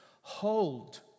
hold